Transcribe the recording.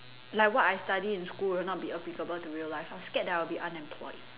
like what I study in school will not be applicable to real life I'm scared that I will be unemployed